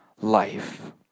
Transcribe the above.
life